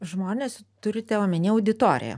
žmonės turite omeny auditoriją